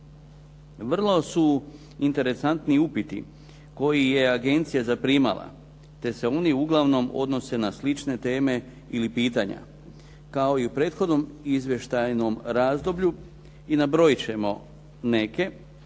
Vrlo su interesantni upiti koje je agencija zaprimala, te se oni uglavnom odnose na slične teme ili pitanja. Kao i u prethodnom izvještajnom razdoblju i nabrojiti ćemo neke,